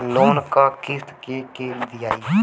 Loan क किस्त के के दियाई?